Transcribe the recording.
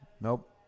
Nope